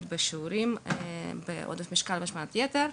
בשיעורים של עודף המשקל ושל השמנת יתר,